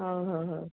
ହଁ ହଉ ହଉ